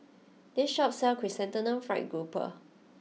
this shop sells Chrysanthemum Fried Grouper